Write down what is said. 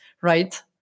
right